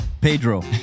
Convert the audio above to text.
Pedro